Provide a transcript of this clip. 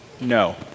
no